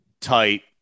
tight